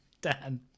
Dan